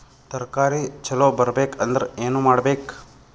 ತರಕಾರಿ ಛಲೋ ಬರ್ಬೆಕ್ ಅಂದ್ರ್ ಏನು ಮಾಡ್ಬೇಕ್?